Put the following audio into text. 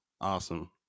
Awesome